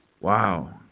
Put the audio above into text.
Wow